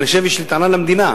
יש לי טענה למדינה.